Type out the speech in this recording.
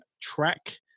track